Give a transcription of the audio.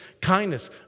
kindness